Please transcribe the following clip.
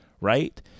Right